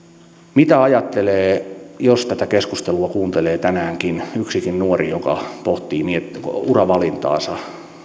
mitä ajattelee jos tätä keskustelua kuuntelee tänäänkin yksikin nuori joka pohtii uravalintaansa